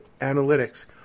analytics